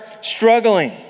struggling